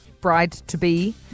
bride-to-be